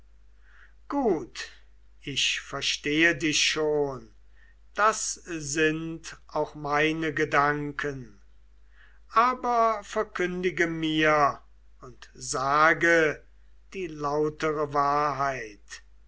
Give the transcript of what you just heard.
gut ich verstehe dich schon das sind auch meine gedanken aber verkündige mir und sage die lautere wahrheit